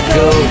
go